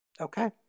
Okay